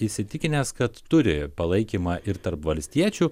įsitikinęs kad turi palaikymą ir tarp valstiečių